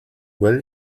well